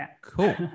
Cool